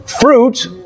Fruit